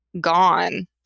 gone